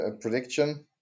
prediction